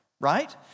right